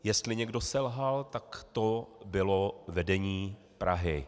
Jestli někdo selhal, tak to bylo vedení Prahy.